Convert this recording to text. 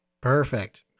Perfect